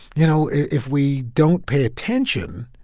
you know, if we don't pay attention,